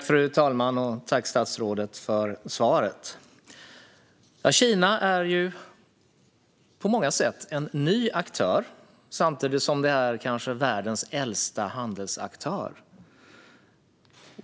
Fru talman! Tack för svaret, statsrådet! Kina är på många sätt en ny aktör, samtidigt som landet kanske är världens äldsta handelsaktör.